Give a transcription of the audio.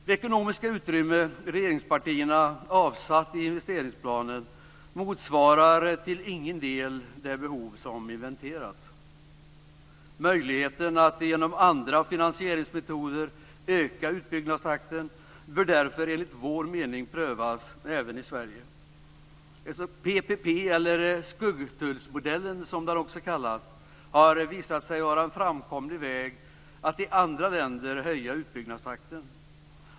Det ekonomiska utrymme som regeringspartierna har avsatt i investeringsplanen motsvarar till ingen del det behov som inventerats. Möjligheten att genom andra finansieringsmetoder öka utbyggnadstakten bör därför enligt vår mening prövas även i Sverige. P.P.P. eller skuggtullsmodellen, som den också kallas, har i andra länder visat sig vara en framkomlig väg att höja utbyggnadstakten.